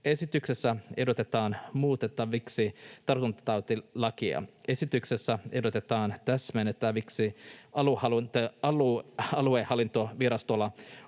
Esityksessä ehdotetaan muutettavaksi tartuntatautilakia. Esityksessä ehdotetaan täsmennettäväksi aluehallintovirastolla